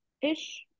ish